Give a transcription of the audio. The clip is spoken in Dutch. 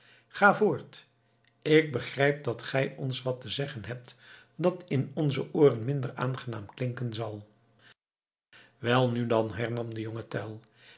ga voort ik begrijp dat gij ons wat te zeggen hebt dat in onze ooren minder aangenaam klinken zal welnu dan hernam de jonge tell